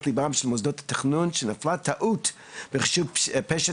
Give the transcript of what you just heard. ליבם של מוסדות התכנון לכך שנפלה טעות בחישוב פשט